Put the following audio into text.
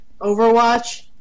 Overwatch